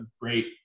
great